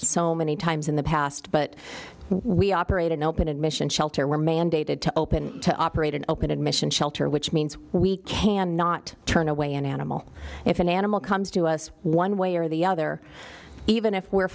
so many times in the past but we operate an open admission shelter were mandated to open to operate an open admission shelter which means we cannot turn away an animal if an animal comes to us one way or the other even if we're